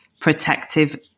protective